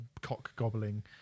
cock-gobbling